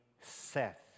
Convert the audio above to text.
Seth